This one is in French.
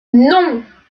non